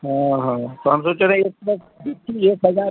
हाँ हाँ तो हम सोच रहें इसमें गिट्टी एक हजार